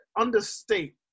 Understate